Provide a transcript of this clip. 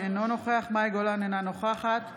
אינו נוכח יאיר גולן, אינו נוכח מאי גולן,